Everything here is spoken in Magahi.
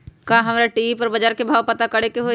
का हमरा टी.वी पर बजार के भाव पता करे के होई?